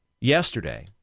yesterday